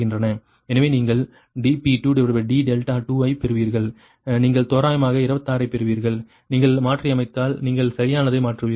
எனவே நீங்கள் dP2d2 ஐப் பெறுவீர்கள் நீங்கள் தோராயமாக 26 ஐப் பெறுவீர்கள் நீங்கள் மாற்றியமைத்தால் நீங்கள் சரியானதை மாற்றுவீர்கள்